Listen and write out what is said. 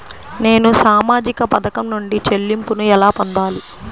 నేను సామాజిక పథకం నుండి చెల్లింపును ఎలా పొందాలి?